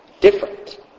Different